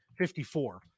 54